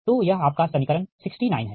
तो यह आपका समीकरण 69 हैं